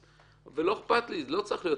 3%. ולא אכפת, זה לא צריך להיות.